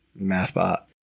Mathbot